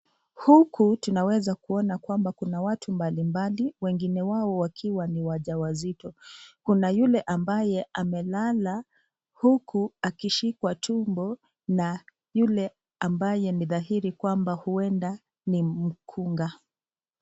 Huku tunaeza kuona kuna watu mbalimbali wengine wao wakiwa ni waja wazito . Kuna yule ambaye ameulala huku akishikwa tumbo na yule ambaye ni dhahiri huwenda ni mkunga.